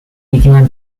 began